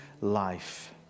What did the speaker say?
life